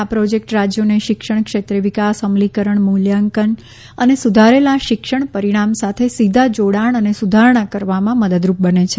આ પ્રોજેક્ટ રાજ્યોને શિક્ષણક્ષેત્રે વિકાસ અમલીકરણ મૂલ્યાંકન અને સુધારેલા શિક્ષણ પરિણામ સાથે સીધા જોડાણ અને સુધારણા કરવામાં મદદરૂપ બને છે